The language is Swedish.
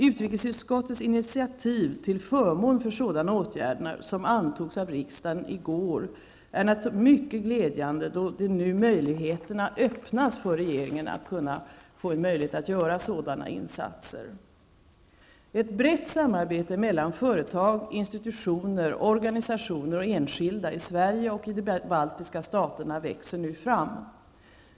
Utrikesutskottets initiativ till förmån för skyndsamma åtgärder -- ett beslut som antogs av riksdagen i går -- är mycket glädjande, då möjligheterna nu öppnas för regeringen att kunna göra sådana insatser. Ett brett samarbete mellan företag, institutioner, organisationer och enskilda i Sverige och i de baltiska staterna växer nu fram.